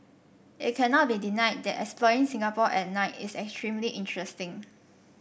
it cannot be denied that exploring Singapore at night is extremely interesting